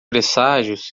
presságios